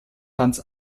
hanns